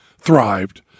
thrived